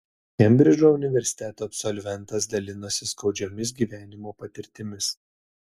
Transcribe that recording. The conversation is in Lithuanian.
kembridžo universiteto absolventas dalinosi skaudžiomis gyvenimo patirtimis